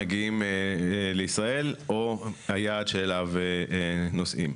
ההפלגה לישראל או היעד אליו נוסעים.